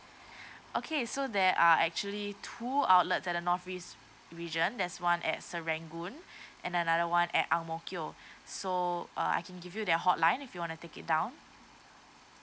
okay so there are actually two outlet at the north east region there's one at serangoon and another one at ang mo kio so uh I can give you their hotline if you want to take it down